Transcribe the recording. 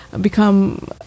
become